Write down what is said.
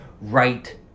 right